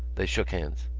they shook hands.